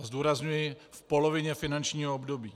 Zdůrazňuji v polovině finančního období.